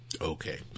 Okay